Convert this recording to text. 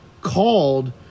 called